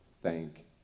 thank